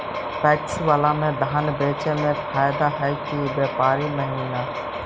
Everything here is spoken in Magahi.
पैकस बाला में धान बेचे मे फायदा है कि व्यापारी महिना?